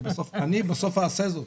אני בסוף אעשה זאת,